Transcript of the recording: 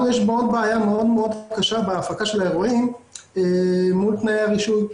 לנו יש בעיה מאוד קשה בהפקה של האירועים מול תנאי הרישוי.